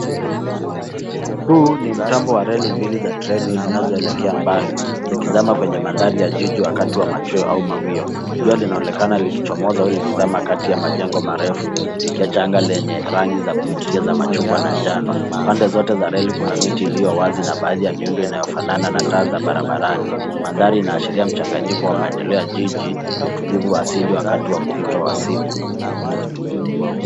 Huu ni mtambo wa reli mbili za treni zinazoelekea mbali, zikizama kwenye mandhari ya jiji wakati wa machweo au mawio. Jua linaonekana likichomoza au likizama kati ya majengo marefu likiacha anga lenye rangi za kuvutia za machungwa na njano. Pande zote za reli kuna miti iliyo wazi na baadhi ya miundo inayofanana na taa za barabarani. Mandhari inaashiria mchanganyiko wa maendeleo ya jiji na utulivu wa asili wakati wa mpito wa siku.